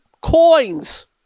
coins